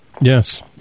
Yes